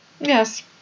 Yes